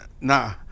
Nah